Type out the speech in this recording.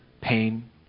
pain